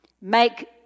make